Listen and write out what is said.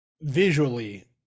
visually